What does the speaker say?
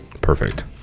perfect